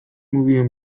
mówiłem